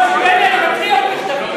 היושב-ראש, אם תיתן לי אני מקריא עוד מכתבים.